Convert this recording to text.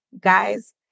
guys